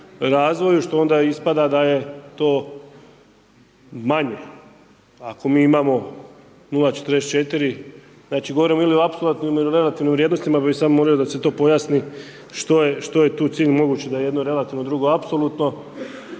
što onda ispada da je to manje. Ako mi imamo 0,44, znači govorimo ili u apsolutnim ili relativnim vrijednostima. Ja bi samo molio da se to pojasni, što je tu cilj mogući, da je jedno relativno, drugo apsolutno,